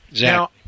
Now